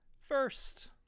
first